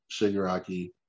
Shigaraki